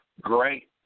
great